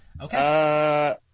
Okay